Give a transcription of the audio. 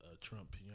Trump